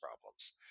problems